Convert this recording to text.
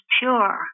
pure